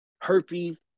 herpes